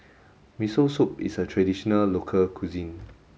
Miso Soup is a traditional local cuisine